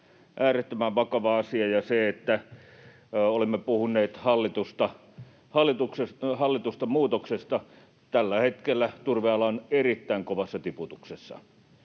äärettömän vakava asia. Olemme puhuneet hallitusta muutoksesta. Tällä hetkellä turveala on erittäin kovassa tiputuksessa,